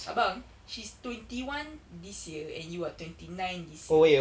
abang she's twenty one this year and you are twenty nine this year